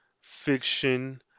fiction